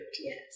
Yes